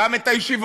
גם את הישיבות,